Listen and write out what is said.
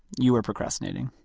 you were procrastinating.